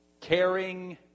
Caring